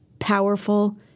powerful